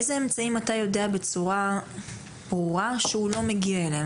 באיזה אמצעים אתה יודע בצורה ברורה שהוא לא מגיע אליהם?